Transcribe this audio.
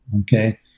okay